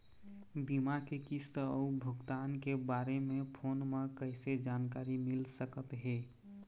बीमा के किस्त अऊ भुगतान के बारे मे फोन म कइसे जानकारी मिल सकत हे?